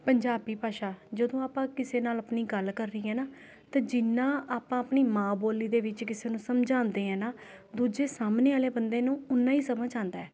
ਪੰਜਾਬੀ ਭਾਸ਼ਾ ਜਦੋਂ ਆਪਾਂ ਕਿਸੇ ਨਾਲ ਆਪਣੀ ਗੱਲ ਕਰਨੀ ਹੈ ਨਾ ਤਾਂ ਜਿੰਨਾ ਆਪਾਂ ਆਪਣੀ ਮਾਂ ਬੋਲੀ ਦੇ ਵਿੱਚ ਕਿਸੇ ਨੂੰ ਸਮਝਾਉਂਦੇ ਹਾਂ ਨਾ ਦੂਜੇ ਸਾਹਮਣੇ ਵਾਲੇ ਬੰਦੇ ਨੂੰ ਓਨਾ ਹੀ ਸਮਝ ਆਉਂਦਾ ਹੈ